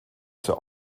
zur